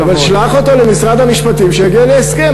שלח אותו למשרד המשפטים שיגיע להסכם,